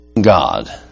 God